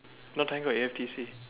not tango A_F_T_C